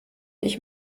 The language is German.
ich